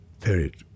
period